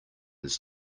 his